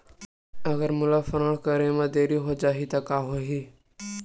अगर मोला ऋण करे म देरी हो जाहि त का होही?